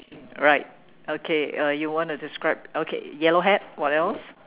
right okay uh you want to describe okay yellow hat what else